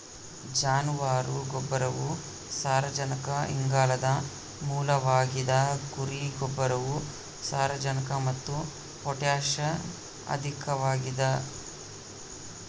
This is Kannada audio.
ಜಾನುವಾರು ಗೊಬ್ಬರವು ಸಾರಜನಕ ಇಂಗಾಲದ ಮೂಲವಾಗಿದ ಕುರಿ ಗೊಬ್ಬರವು ಸಾರಜನಕ ಮತ್ತು ಪೊಟ್ಯಾಷ್ ಅಧಿಕವಾಗದ